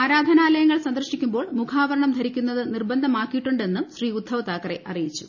ആരാധനാലയങ്ങൾ സന്ദർശിക്കുമ്പോൾ മുഖാവരണം ധരിക്കുന്നത് നിർബന്ധമാക്കിയിട്ടുണ്ട് എന്നും ശ്രീ ഉദ്ധവ് താക്കറെ അറിയിച്ചു